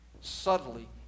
subtly